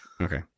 okay